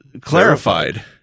clarified